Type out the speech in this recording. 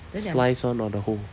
sliced one or the whole